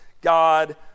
God